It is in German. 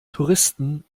touristen